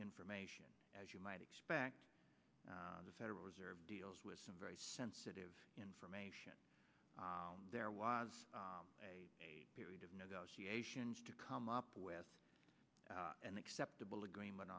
information as you might expect the federal reserve deals with some very sensitive information there was a period of negotiations to come up with an acceptable agreement